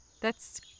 That's-